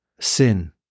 sin